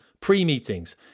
pre-meetings